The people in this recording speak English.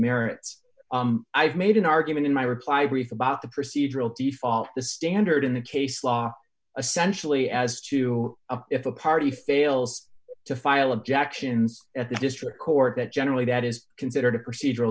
merits i've made an argument in my reply brief about the procedural default the standard in the case law a sensually as to if a party fails to file objections at the district court that generally that is considered a procedural